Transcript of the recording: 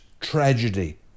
tragedy